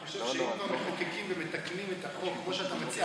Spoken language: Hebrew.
אני חושב שאם כבר מחוקקים ומתקנים את החוק כמו שאתה מציע,